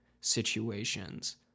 situations